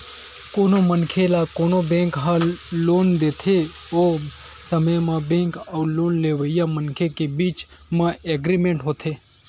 कोनो मनखे ल कोनो बेंक ह लोन देथे ओ समे म बेंक अउ लोन लेवइया मनखे के बीच म एग्रीमेंट होथे